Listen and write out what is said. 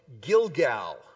Gilgal